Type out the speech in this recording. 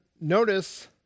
notice